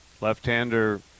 Left-hander